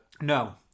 No